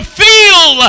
feel